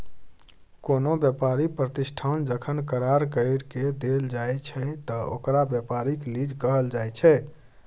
कोनो व्यापारी प्रतिष्ठान जखन करार कइर के देल जाइ छइ त ओकरा व्यापारिक लीज कहल जाइ छइ